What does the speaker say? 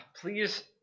Please